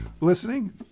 listening